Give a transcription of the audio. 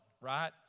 right